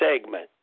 segment